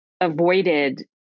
avoided